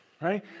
right